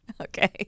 okay